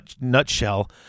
nutshell